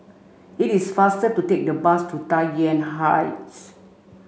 it is faster to take the bus to Tai Yuan Heights